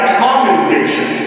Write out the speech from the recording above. commendation